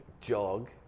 jog